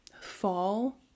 fall